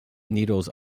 needles